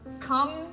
come